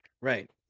Right